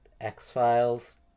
X-Files